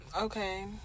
Okay